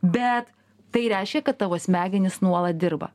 bet tai reiškia kad tavo smegenys nuolat dirba